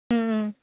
ꯎꯝ ꯎꯝ